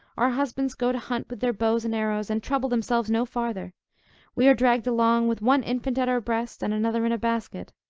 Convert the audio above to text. our husbands go to hunt with their bows and arrows, and trouble themselves no farther we are dragged along with one infant at our breast, and another in a basket.